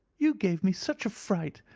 you gave me such a fright.